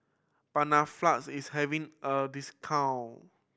panaflex is having a discount